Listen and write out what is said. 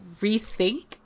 rethink